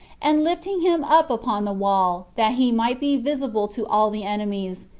and lifting him up upon the wall, that he might be visible to all the enemies,